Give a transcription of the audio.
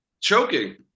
choking